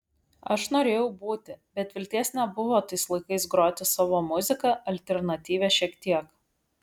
aš norėjau būti bet vilties nebuvo tais laikais groti savo muziką alternatyvią šiek tiek